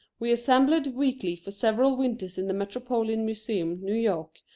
we assembled weekly for several winters in the metropolitan museum, new york,